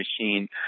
machine